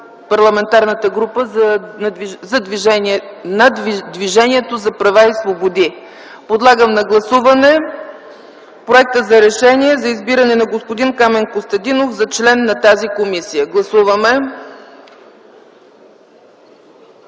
Парламентарната група на Движението за права и свободи. Подлагам на гласуване проекта за Решение за избиране на господин Камен Костадинов за член на тази комисия. Гласували